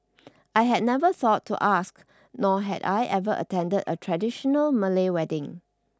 I had never thought to ask nor had I ever attended a traditional Malay wedding